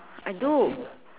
I do